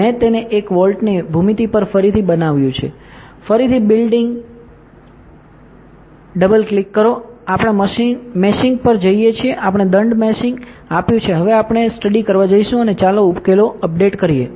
મેં તેને એક વોલ્ટને ભૂમિતિ પર ફરીથી બનાવ્યું છે ફરીથી બિલ્ડ doલ કરો આપણે મેશિંગ પર જઈએ છીએ આપણે દંડ મેશિંગ આપ્યું છે હવે આપણે સ્ટડી કરવા જઈશું અને ચાલો ઉકેલો અપડેટ કરીએ